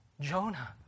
Jonah